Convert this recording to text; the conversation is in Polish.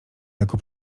jako